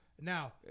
Now